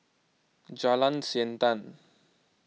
Jalan Siantan